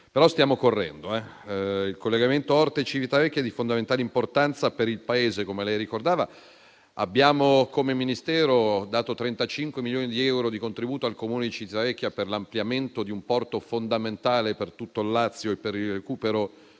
però stiamo correndo. Il collegamento Orte-Civitavecchia è di fondamentale importanza per il Paese, come lei ricordava. Come Ministero abbiamo dato 35 milioni di euro di contributo al Comune di Civitavecchia per l'ampliamento di un porto fondamentale per tutto il Lazio e per il recupero